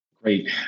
Great